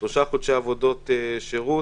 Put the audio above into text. שלושה חודשי עבודות שירות.